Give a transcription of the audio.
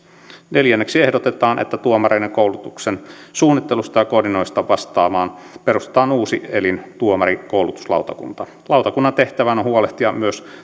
neljänneksi ehdotetaan että tuomareiden koulutuksen suunnittelusta ja koordinoinnista vastaamaan perustetaan uusi elin tuomarinkoulutuslautakunta lautakunnan tehtävänä on huolehtia myös